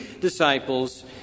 disciples